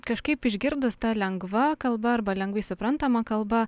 kažkaip išgirdus tą lengva kalba arba lengvai suprantama kalba